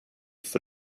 for